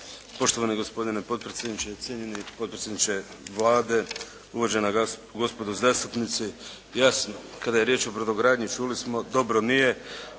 Poštovani gospodine potpredsjedniče, cijenjeni potpredsjedniče Vlade, uvažena gospodo zastupnici. Jasno, kada je riječ o brodogradnji čuli smo, dobro nije,